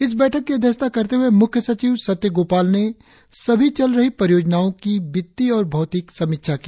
इस बैठक की अध्यक्षता करते हुए मुख्य सचिव सत्य गोपाल ने सभी चल रही परियोजनाओं की वित्तीय और भौतिक समिक्षा की